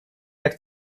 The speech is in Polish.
jak